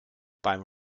beim